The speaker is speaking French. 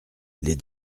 les